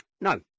no